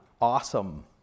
awesome